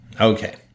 Okay